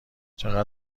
چقدر